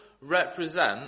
represent